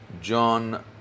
john